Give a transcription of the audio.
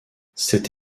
cette